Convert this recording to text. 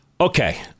Okay